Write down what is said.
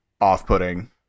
off-putting